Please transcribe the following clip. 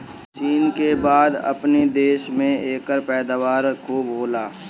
चीन के बाद अपनी देश में एकर पैदावार खूब होला